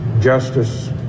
Justice